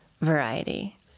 variety